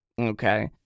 Okay